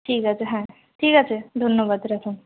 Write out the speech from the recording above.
ঠিক আছে হ্যাঁ ঠিক আছে ধন্যবাদ রাখুন